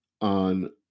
on